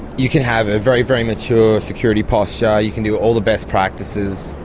you can have a very, very mature security posture, you can do all the best practices,